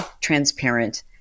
transparent